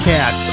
Cat